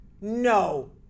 No